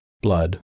blood